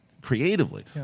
creatively